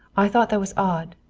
i thought that was odd.